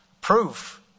proof